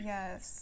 Yes